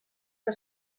que